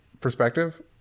Perspective